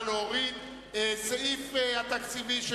סעיף 23,